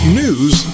news